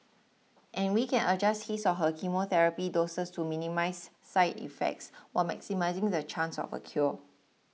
and we can adjust his or her chemotherapy doses to minimise side effects while maximising the chance of a cure